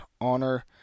honor